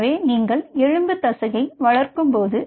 எனவே நீங்கள் எலும்பு தசையை வளர்க்கும் போது